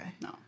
No